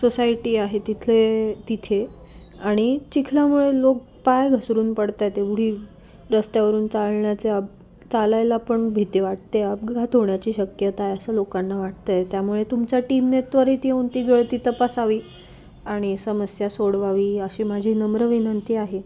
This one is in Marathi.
सोसायटी आहे तिथले तिथे आणि चिखल्यामुळे लोक पाय घसरून पडतात आहे ते उडी रस्त्यावरून चालण्याचे अब चालायला पण भीती वाटते अपघात होण्याची शक्यता आहे असं लोकांना वाटतंय त्यामुळे तुमच्या टीमनेे त्वरित येऊन ती गळती तपासावी आणि समस्या सोडवावी अशी माझी नम्र विनंती आहे